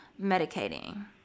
medicating